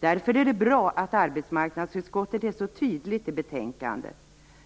Därför är det bra att arbetsmarknadsutskottet är så tydligt i betänkandet.